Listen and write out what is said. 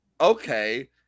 okay